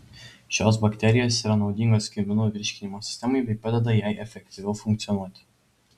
šios bakterijos yra naudingos kirminų virškinimo sistemai bei padeda jai efektyviau funkcionuoti